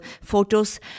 photos